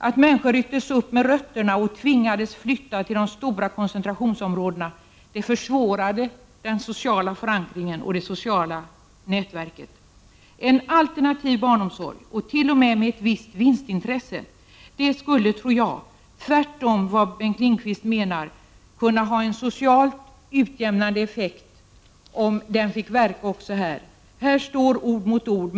Att människor rycktes upp med rötterna och tvingades flytta till de stora koncentrationsområdena försvårade den sociala förankringen och det sociala nätverket. En alternativ barnomsorg — t.o.m. med ett visst vinstintresse — skulle, tror jag tvärtemot vad Bengt Lindqvist menar, kunna ha en socialt utjämnande effekt. Här står ord mot ord.